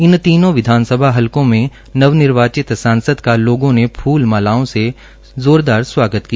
इन तीनों विधानसभा हलकों में नव निर्वाचित सांसद का लोगों ने फूल मालाओं से जोरदार स्वागत किया